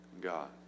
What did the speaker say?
God